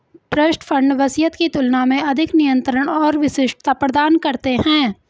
trust fund वसीयत की तुलना में अधिक नियंत्रण और विशिष्टता प्रदान करते हैं